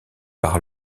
par